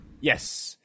yes